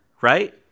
right